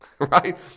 right